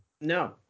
No